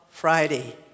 Friday